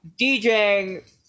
djing